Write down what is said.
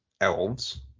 elves